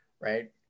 right